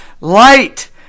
light